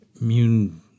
immune